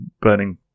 burning